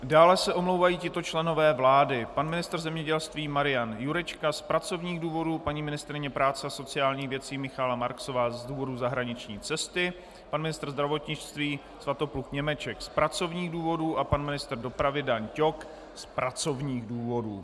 Dále se omlouvají tito členové vlády: pan ministr zemědělství Marian Jurečka z pracovních důvodů, paní ministryně práce a sociálních věcí Michaela Marksová z důvodu zahraniční cesty, pan ministr zdravotnictví Svatopluk Němeček z pracovních důvodů a pan ministr dopravy Dan Ťok z pracovních důvodů.